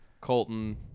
Colton